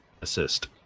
assist